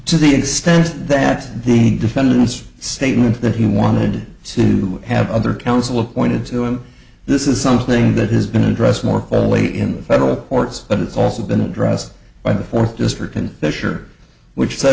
to the extent that the defendant's statement that he wanted to have other counsel appointed to him this is something that has been addressed more clearly in the federal courts but it's also been addressed by the fourth district and fisher which